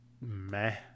meh